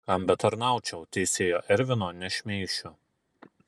kam betarnaučiau teisėjo ervino nešmeišiu